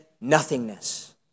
nothingness